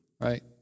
right